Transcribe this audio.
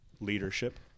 leadership